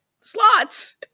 slots